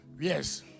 Yes